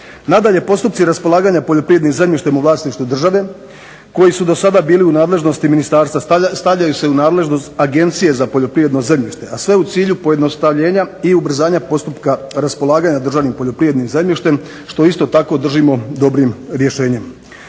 Nadalje, postupci raspolaganja poljoprivrednim zemljištem u vlasništvu države koji su do sada bili u nadležnosti ministarstva stavljaju se u nadležnost Agencije za poljoprivredno zemljište, a sve u cilju pojednostavljenja i ubrzanja postupka raspolaganja državnim poljoprivrednim zemljištem što isto tako držimo dobrim rješenjem.